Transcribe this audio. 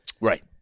Right